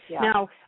Now